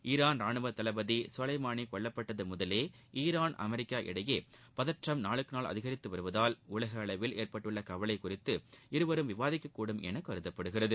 Iran ரானுவ தளபதி Soleimani கொல்லப்பட்டது முதலே ஈரான் அமெரிக்கா இடையே பதற்றம் நாளுக்கு நாள் அதிகரித்து வருவதால் உலக அளவில் ஏற்பட்டுள்ள கவலை குறித்து இருவரும் விவாதிக்கக் கூடும் என கருதப்படுகிறது